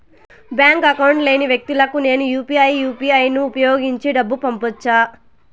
Bank account లేని వ్యక్తులకు నేను యు పి ఐ యు.పి.ఐ ను ఉపయోగించి డబ్బు పంపొచ్చా?